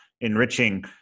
enriching